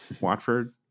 Watford